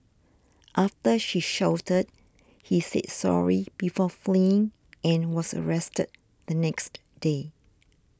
after she shouted he said sorry before fleeing and was arrested the next day